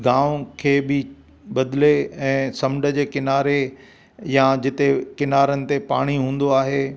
गांव खे बि बदिले ऐं समुंड जे किनारे या जिते किनारनि ते पाणी हूंदो आहे